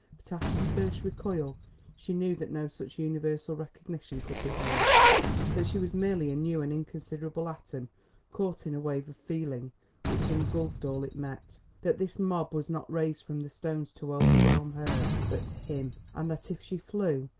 but after the first recoil she knew that no such universal recognition could be hers that she was merely a new and inconsiderable atom caught in a wave of feeling which engulfed all it met that this mob was not raised from the stones to overwhelm her but him, and that if she flew,